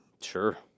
sure